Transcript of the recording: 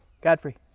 Godfrey